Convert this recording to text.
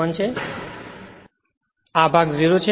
તેથી આ ભાગ 0 છે